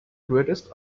greatest